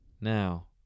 Now